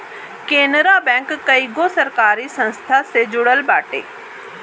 Canara bank कईगो सरकारी संस्था से जुड़ल बाटे